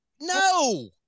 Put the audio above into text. No